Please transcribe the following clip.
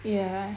ya